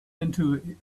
into